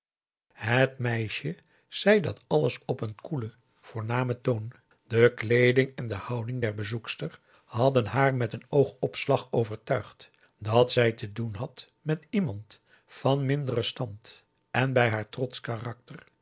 het meisje zei dat alles op een koelen voornamen toon de kleeding en de houding der bezoekster hadden haar met een oogopslag overtuigd dat zij te doen had met iemand van minderen stand en bij haar trotsch karakter